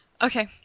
Okay